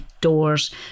doors